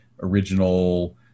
original